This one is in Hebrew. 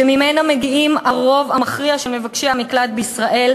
שממנה מגיעים הרוב המכריע של מבקשי המקלט בישראל,